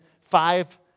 five